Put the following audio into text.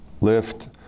lift